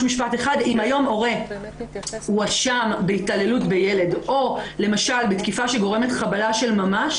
אם היום הורה הואשם בהתעללות בילד או למשל בתקיפה שגורמת חבלה של ממש